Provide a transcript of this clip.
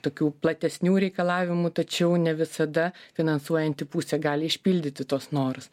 tokių platesnių reikalavimų tačiau ne visada finansuojanti pusė gali išpildyti tuos norus